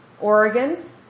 Oregon